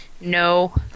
No